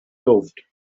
loved